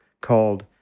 called